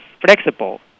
flexible